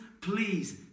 please